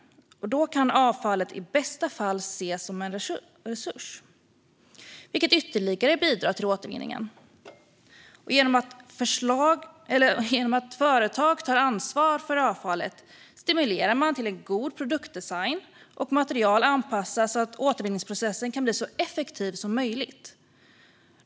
Då kan avfallet i bästa fall ses som en resurs, vilket ytterligare bidrar till återvinningen. Genom att företag tar ansvar för avfallet stimulerar man till en god produktdesign och till att material anpassas så att återvinningsprocessen kan bli så effektiv som möjlig.